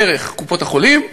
דרך קופות-החולים,